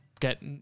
get